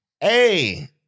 Hey